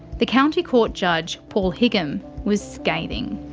the county court judge paul higham was scathing.